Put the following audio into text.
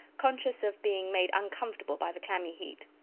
conscious of being made uncomfortable by the clammy heat.